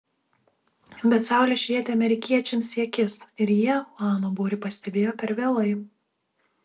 bet saulė švietė amerikiečiams į akis ir jie chuano būrį pastebėjo per vėlai